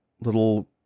little